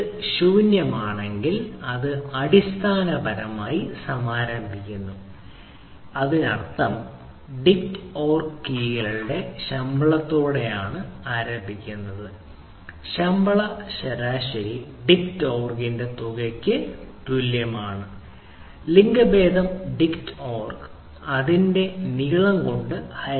അത് ശൂന്യമാണെങ്കിൽ അത് അടിസ്ഥാനപരമായി സമാരംഭിക്കുന്നു എന്നിട്ട് ശമ്പളം കൂട്ടുക അതിനർത്ഥം ഡിക്റ്റ് ഓർഗ് ഡോട്ട് കീകളുടെ ശമ്പളത്തോടെയാണ് ഇത് ആരംഭിക്കുന്നത് ശമ്പള ശരാശരി ഡിക്റ്റ് ഓർഗിന്റെ തുകയ്ക്ക് തുല്യമാണ് ലിംഗഭേദം ഡിക്റ്റ് ഓർഗ് ലിംഗത്തിന്റെ നീളം കൊണ്ട് ഹരിക്കുന്നു